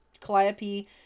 Calliope